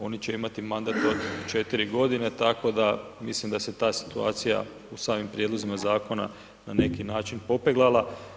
Oni će imati mandat od 4 godine, tako da mislim da se ta situacija u samim prijedlozima zakona na neki način popeglala.